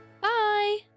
Bye